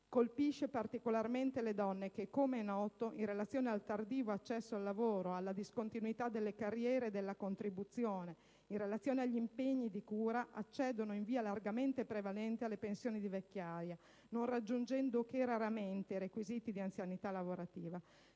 colpisce particolarmente le donne, che - come è noto - in relazione al tardivo accesso al lavoro, alla discontinuità delle carriere e della contribuzione, in relazione agli impegni di cura, accedono in via largamente prevalente alle pensioni di vecchiaia, non raggiungendo che raramente i requisiti di anzianità lavorativa.